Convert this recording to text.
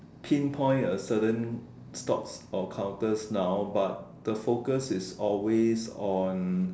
pinpoint a certain stop or counters now but the focus is always on